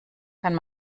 kann